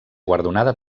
guardonada